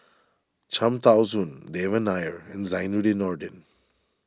Cham Tao Soon Devan Nair and Zainudin Nordin